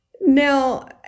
now